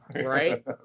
Right